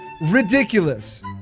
Ridiculous